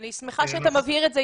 אני שמחה שאתה מבהיר את זה,